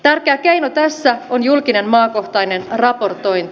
tärkeä keino tässä on julkinen maakohtainen raportointi